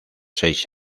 seis